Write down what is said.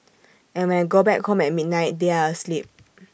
and when I go back home at midnight they are asleep